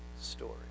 story